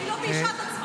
היא לא ביישה את עצמה.